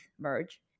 merge